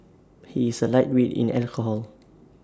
he is A lightweight in alcohol